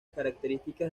características